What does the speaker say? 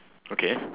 okay